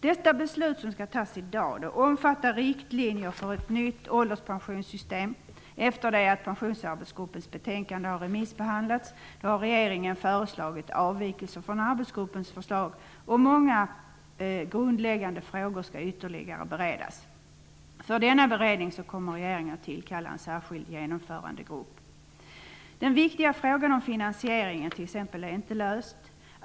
Det beslut som skall fattas i dag omfattar riktlinjer för ett nytt ålderspensionssystem. Efter att Pensionsarbetsgruppens betänkande hade remissbehandlats föreslog regeringen avvikelser från arbetsgruppens förslag, och många grundläggande frågor skall beredas ytterligare. För denna beredning kommer regeringen att tillkalla en särskild genomförandegrupp. Exempelvis har den viktiga frågan om finansieringen inte lösts.